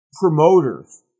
promoters